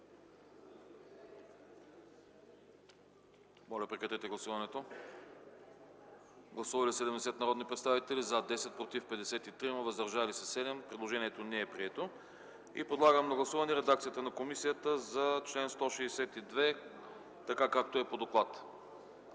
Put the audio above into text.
комисията не подкрепя. Гласували 70 народни представители: за 10, против 53, въздържали се 7. Предложението не е прието. Подлагам на гласуване редакцията на комисията за чл. 162, така както е по доклад.